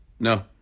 No